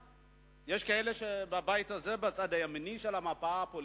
יש כאלה בבית הזה, בצד הימני של המפה הפוליטית,